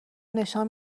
نشان